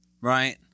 Right